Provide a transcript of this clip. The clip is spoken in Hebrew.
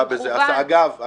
אגב,